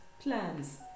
plans